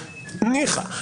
ניחא.